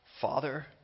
Father